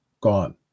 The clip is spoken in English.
gone